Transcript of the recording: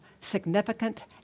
significant